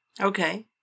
Okay